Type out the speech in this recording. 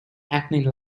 hackney